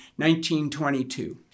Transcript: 1922